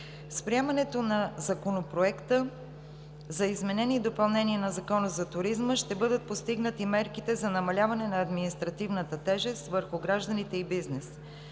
С приемането на Законопроекта за изменение и допълнение на Закона за туризма ще бъдат постигнати мерките за намаляване на административната тежест върху гражданите и бизнеса.